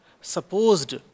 supposed